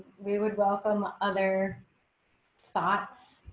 we would welcome. other thoughts,